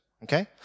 Okay